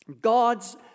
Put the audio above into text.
God's